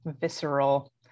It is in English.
visceral